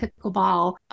pickleball